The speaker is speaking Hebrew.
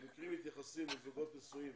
המקרים מתייחסים לזוגות נשואים